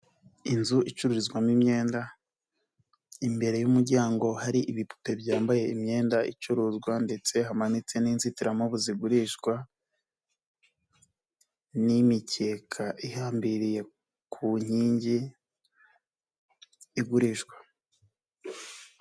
Inzu icururizwamo imyenda, imbere y'umuryango hari ibipupe byambaye imyenda icuruzwa ndetse hamanitse n'inzitiramubu zigurishwa, n'imikeka ihambiriye ku nkingi igurishwa.